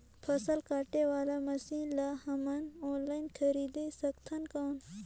फसल काटे वाला मशीन ला हमन ऑनलाइन खरीद सकथन कौन?